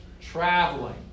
Traveling